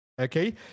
Okay